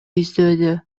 издөөдө